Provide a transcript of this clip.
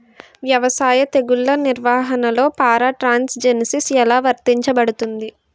వ్యవసాయ తెగుళ్ల నిర్వహణలో పారాట్రాన్స్జెనిసిస్ఎ లా వర్తించబడుతుంది?